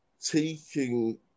taking